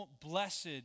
Blessed